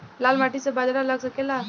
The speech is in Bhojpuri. लाल माटी मे बाजरा लग सकेला?